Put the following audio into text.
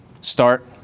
start